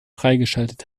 freigeschaltet